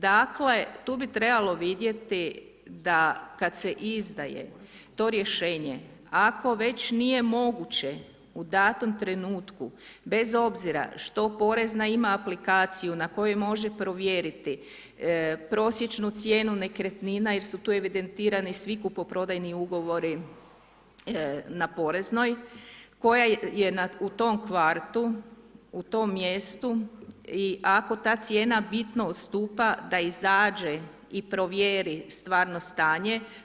Dakle, tu bi trebalo vidjeti da kad se izdaje to rješenje, ako već nije moguće u datom trenutku bez obzira što porezna ima aplikaciju na kojoj može provjeriti prosječnu cijenu nekretnina jer su tu evidentirani svi kupoprodajni ugovori na poreznoj koja je u tom kvartu, u tom mjestu i ako ta cijena bitno odstupa, da izađe i provjeri stvarno stanje.